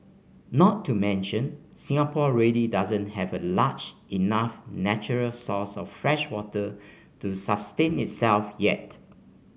not to mention Singapore really doesn't have a large enough natural source of freshwater to sustain itself yet